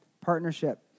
partnership